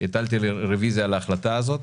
הטלתי רוויזיה על ההחלטה הזאת.